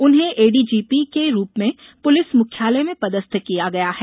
उन्हें एडीजीपी के रूप में पुलिस मुख्यालय में पदस्थ किया गया है